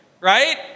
right